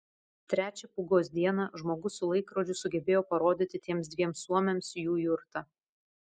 trečią pūgos dieną žmogus su laikrodžiu sugebėjo parodyti tiems dviem suomiams jų jurtą